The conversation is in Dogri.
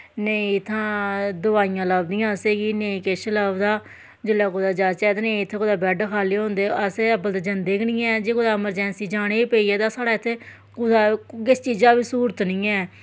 नेईं इत्थां दवाईयां लब्भदियां असें गी नेईं किश लब्भदा जिसलै कुदै जाचै ते नेईं इत्थें बैड खाल्ली होंदे अस अब्बल जंदे गै निं ऐ जे कुतै अमरजैंसी जाना गै पेईया ते साढ़ै इत्थें कुदै किस चीजां बी स्हूलत निं ऐ